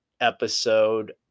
episode